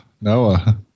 Noah